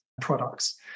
products